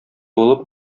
булып